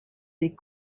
des